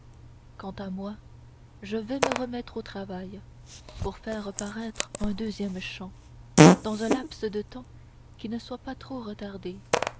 quant à moi je vais me remettre au travail pour faire paraître un deuxième chant dans un laps de temps qui ne soit pas trop retardé